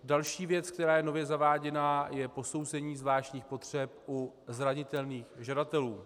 Další věc, která je nově zaváděna, je posouzení zvláštních potřeb u zranitelných žadatelů.